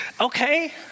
Okay